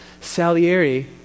Salieri